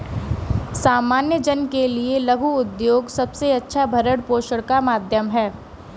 सामान्य जन के लिये लघु उद्योग सबसे अच्छा भरण पोषण का माध्यम है